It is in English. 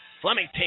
Fleming